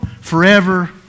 forever